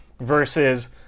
versus